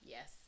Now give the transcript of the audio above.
Yes